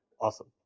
awesome